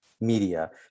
media